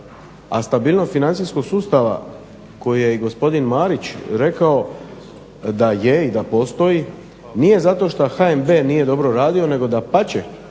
A stabilnost financijskog sustava koji je i gospodin Marić rekao da je i da postoji nije zato što HNB nije dobro radio nego dapače